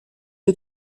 est